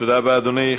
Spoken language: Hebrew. תודה רבה, אדוני.